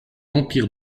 l’empire